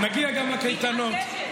אני מתרגשת.